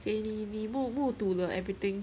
给你你目目睹了 everything